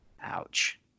Ouch